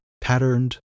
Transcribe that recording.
patterned